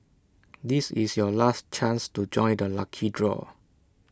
this is your last chance to join the lucky draw